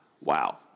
Wow